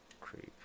Creep